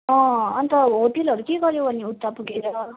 अँ अन्त होटलहरू के गऱ्यौ अनि उता पुगेर